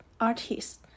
artists